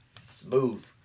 Smooth